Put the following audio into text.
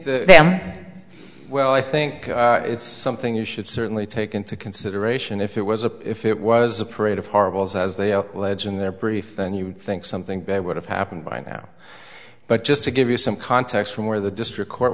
think well i think it's something you should certainly take into consideration if it was a if it was a parade of horribles as they are legend their brief and you would think something better would have happened by now but just to give you some context from where the district court